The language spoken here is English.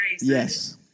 Yes